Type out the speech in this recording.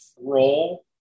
role